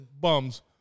Bums